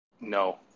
No